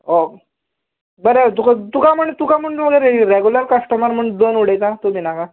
ऑ बरें तुका तुका म्हण तुका म्हण रॅगुलर कश्टमर म्हण दोन उडयता तूं भिनाका